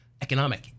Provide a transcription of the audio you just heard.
economic